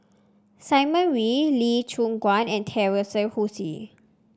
Simon Wee Lee Choon Guan and Teresa Hsu